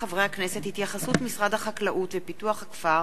התייחסות משרד החקלאות ופיתוח הכפר